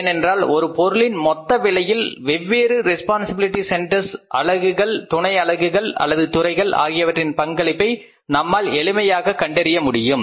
ஏனென்றால் ஒரு பொருளின் மொத்த விலையில் வெவ்வேறு ரெஸ்பான்சிபிலிட்டி சென்டெர்ஸ் அலகுகள் துணை அலகுகள் அல்லது துறைகள் ஆகியவற்றின் பங்களிப்பை நம்மால் எளிமையாக கண்டறிய முடியும்